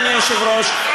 אדוני היושב-ראש,